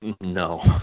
No